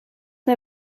mir